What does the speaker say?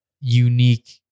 unique